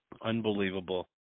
Unbelievable